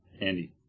Andy